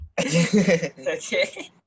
Okay